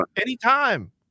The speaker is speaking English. anytime